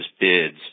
bids